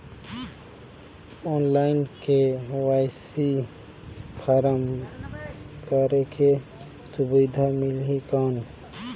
Online KYC form करेके सुविधा मिली कौन?